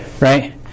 right